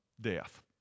death